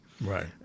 Right